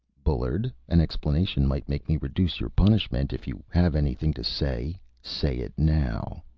bullard, an explanation might make me reduce your punishment. if you have anything to say, say it now!